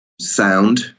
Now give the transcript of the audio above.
sound